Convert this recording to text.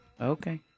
Okay